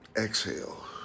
exhale